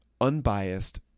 unbiased